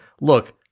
look